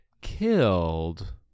killed